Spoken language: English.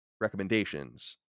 Recommendations